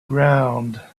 ground